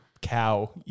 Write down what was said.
cow